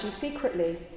secretly